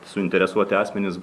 suinteresuoti asmenys